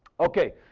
okay,